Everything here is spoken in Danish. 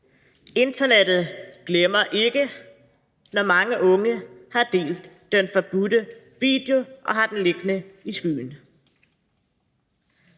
Internettet glemmer ikke, når mange unge har delt den forbudte video og har den liggende i skyen.